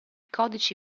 codici